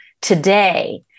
today